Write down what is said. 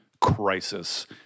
crisis